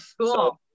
cool